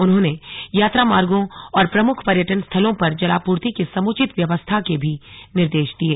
उन्होंने यात्रा मार्गों और प्रमुख पर्यटन स्थलों पर जलापूर्ति की समुचित व्यवस्था के भी निर्देश दिये